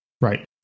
right